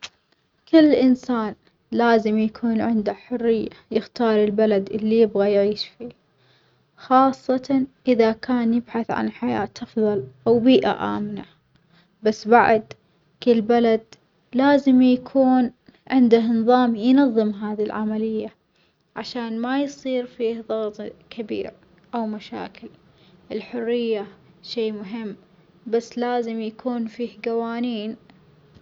كل إنسان لازم يكون عنده حرية يختار البلد اللي يعيش فيها خاصةً إذا كان يبحث عن حياة أفضل أو بيئة آمنة، بس بعد كل بلد لازم يكون عندها نظام ينظم هذي العملية عشان ما يصير في ضغظ كبير أو مشاكل، الحرية شي مهم بس لازم يكون فيه جوانين.